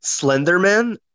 Slenderman